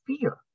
fear